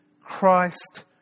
Christ